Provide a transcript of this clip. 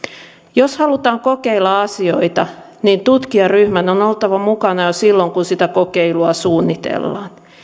jos halutaan kokeilla asioita tutkijaryhmän on oltava mukana jo silloin kun sitä kokeilua suunnitellaan